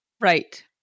Right